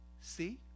see